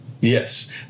Yes